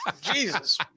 Jesus